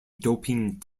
doping